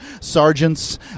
sergeants